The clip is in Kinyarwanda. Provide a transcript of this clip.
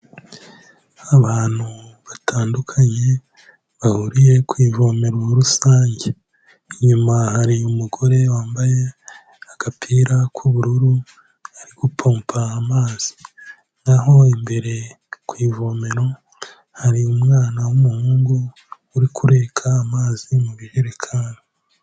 Abantu batandukanye bahuriye ku ivomero rusange, inyuma hari umugore wambaye agapira k'ubururu, ari gupompa amazi na ho imbere ku ivomero hari umwana w'umuhungu uri kureka amazi mu bijerekani.